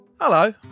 Hello